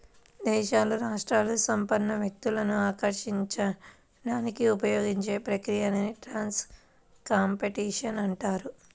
దేశాలు, రాష్ట్రాలు సంపన్న వ్యక్తులను ఆకర్షించడానికి ఉపయోగించే ప్రక్రియనే ట్యాక్స్ కాంపిటీషన్ అంటారు